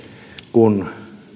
kun